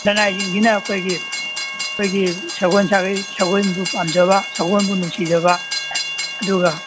ꯂꯅꯥꯏꯁꯤꯡꯁꯤꯅ ꯑꯩꯈꯣꯏꯒꯤ ꯑꯩꯈꯣꯏꯒꯤ ꯁꯒꯣꯜ ꯁꯥꯒꯩ ꯁꯥꯒꯣꯜꯕꯨ ꯄꯥꯝꯖꯕ ꯁꯒꯣꯜꯕꯨ ꯅꯨꯡꯁꯤꯖꯕ ꯑꯗꯨꯒ